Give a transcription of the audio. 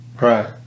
right